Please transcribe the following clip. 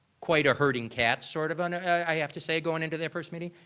quite a herding catch, sort of, and i have to say, going into the first meeting.